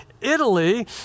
Italy